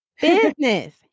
business